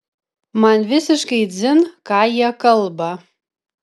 man visiškai dzin ką jie kalba